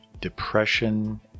depression